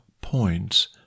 points